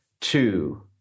two